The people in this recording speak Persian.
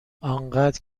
انقدر